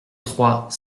trois